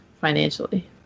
financially